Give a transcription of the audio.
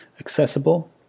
accessible